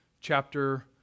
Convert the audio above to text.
chapter